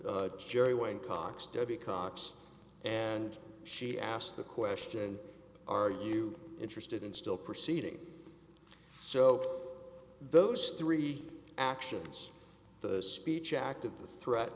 cox and she asked the question are you interested in still proceeding so those three actions the speech act of the threat